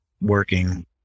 working